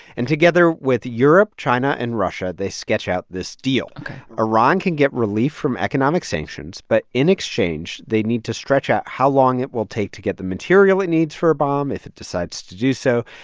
and together with europe, china and russia, they sketch out this deal ok iran can get relief from economic sanctions, but in exchange, they need to stretch out how long it will take to get the material it needs for a bomb if it decides to do so.